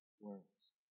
words